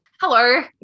Hello